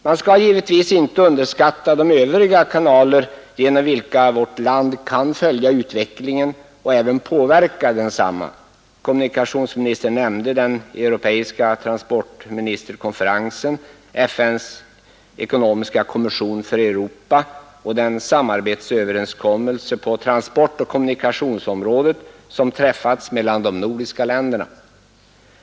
Man skall givetvis inte underskatta de övriga kanaler genom vilka vårt land kan följa utvecklingen och även påverka densamma. Kommunikationsministern nämnde den europeiska transportministerkonferensen, FN:s ekonomiska kommission för Europa och den samarbetsöverenskommelse på transportoch kommunikationsområdet som träffats mellan de nordiska länderna.